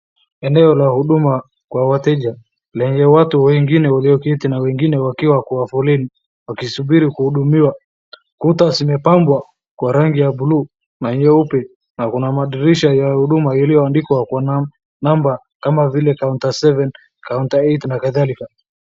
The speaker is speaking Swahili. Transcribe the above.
Eneo la huduma kwa wateja lenye watu walioketi na wengine wakiwa kwa foleni wakisubiri kuhudumiwa. Kuta zimepambwa kwa rangi ya buluu na nyeupe na kuna madirisha ya huduma yaliandikwa kwa namba kama vile counter seven, counter eight na kadhalika.